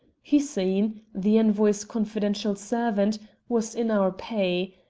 hussein the envoy's confidential servant was in our pay.